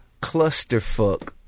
clusterfuck